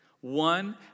one